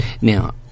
Now